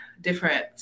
different